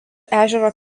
ežero